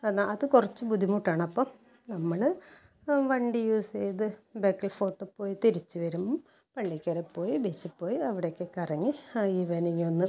അത് അത് കുറച്ച് ബുദ്ധിമുട്ടാണ് അപ്പം നമ്മൾ വണ്ടി യൂസ് ചെയ്ത് ബേക്കൽ ഫോർട്ട് പോയി തിരിച്ച് വരും പള്ളിക്കര പോയി ബീച്ചിൽ പോയി അവിടെയൊക്കെ കറങ്ങി ആ ഈവെനിംഗ് ഒന്ന്